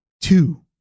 two